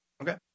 Okay